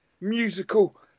musical